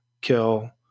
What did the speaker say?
kill